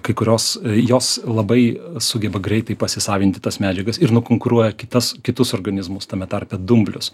kai kurios jos labai sugeba greitai pasisavinti tas medžiagas ir nukonkuruoja kitas kitus organizmus tame tarpe dumblius